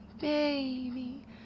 baby